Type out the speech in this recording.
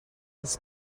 els